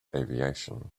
aviation